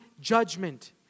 judgment